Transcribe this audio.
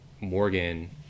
morgan